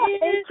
Hey